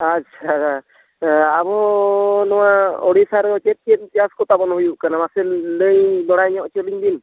ᱟᱪᱪᱷᱟ ᱟᱵᱚ ᱱᱚᱣᱟ ᱳᱰᱤᱥᱟ ᱨᱮ ᱪᱮᱫ ᱪᱮᱫ ᱪᱟᱥ ᱠᱚ ᱛᱟᱵᱚᱱ ᱦᱩᱭᱩᱜ ᱠᱟᱱᱟ ᱢᱟᱥᱮ ᱞᱟᱹᱭ ᱵᱟᱲᱟ ᱦᱚᱪᱚ ᱧᱚᱜ ᱞᱤᱧ ᱵᱤᱱ